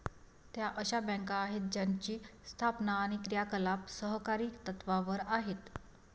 त्या अशा बँका आहेत ज्यांची स्थापना आणि क्रियाकलाप सहकारी तत्त्वावर आहेत